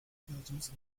ihtiyacımız